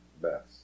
best